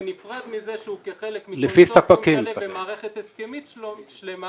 בנפרד מזה שהוא כחלק מקונסורציום שלם ומערכת הסכמית שלמה